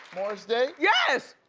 morris day? yes!